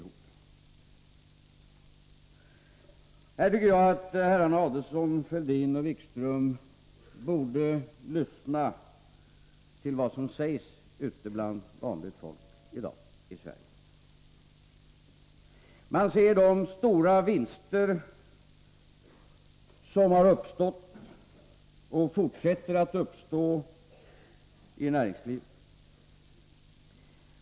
Här tycker jag att herrar Adelsohn, Fälldin och Wikström borde lyssna till vad som sägs ute bland vanligt folk i dag i Sverige. Man ser de stora vinster som har uppstått och fortsätter att uppstå i näringslivet.